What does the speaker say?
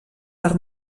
per